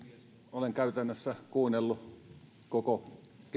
olen kuunnellut käytännössä koko